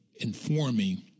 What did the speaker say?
informing